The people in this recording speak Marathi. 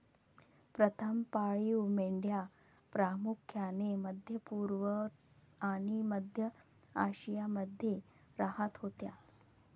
प्रथम पाळीव मेंढ्या प्रामुख्याने मध्य पूर्व आणि मध्य आशियामध्ये राहत होत्या